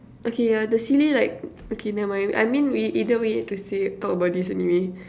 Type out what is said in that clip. okay uh the silly like okay never mind I mean we either way need to say it talk about this anyway